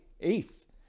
Eighth